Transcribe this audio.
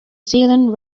zealand